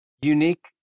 unique